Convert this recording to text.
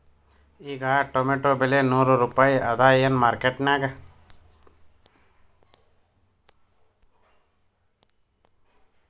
ಈಗಾ ಟೊಮೇಟೊ ಬೆಲೆ ನೂರು ರೂಪಾಯಿ ಅದಾಯೇನ ಮಾರಕೆಟನ್ಯಾಗ?